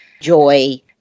joy